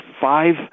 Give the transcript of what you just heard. five